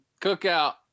Cookout